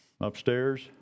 upstairs